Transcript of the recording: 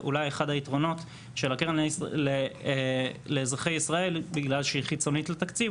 אחד היתרונות של הקרן לאזרחי ישראל הוא שבגלל שהיא חיצונית לתקציב,